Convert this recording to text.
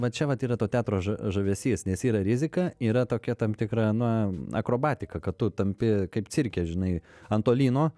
va čia vat yra to teatro žavesys nes yra rizika yra tokia tam tikra na akrobatika kad tu tampi kaip cirke žinai ant to lyno